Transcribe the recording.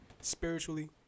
spiritually